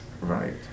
Right